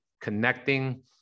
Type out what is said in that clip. connecting